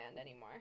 anymore